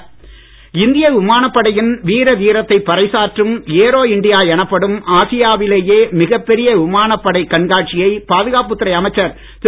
விமானகண்காட்சி இந்திய விமானப்படையின் வீரதீரத்தை பறைசாற்றும் ஏரோ இண்டியா எனப்படும் ஆசியாவிலேயே மிகப் பெரிய விமானப்படை கண்காட்சியை பாதுகாப்புத்துறை அமைச்சர் திரு